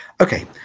Okay